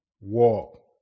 walk